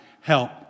help